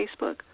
Facebook